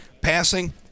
passing